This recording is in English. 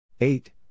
Eight